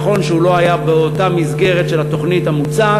נכון שהוא לא היה באותה מסגרת של התוכנית המוצעת,